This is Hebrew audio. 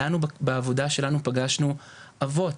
לנו בעבודה שלנו פגשנו אבות,